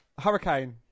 Hurricane